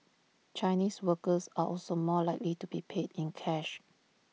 Chinese workers are also more likely to be paid in cash